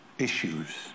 Issues